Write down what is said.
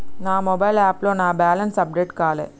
నా మొబైల్ యాప్లో నా బ్యాలెన్స్ అప్డేట్ కాలే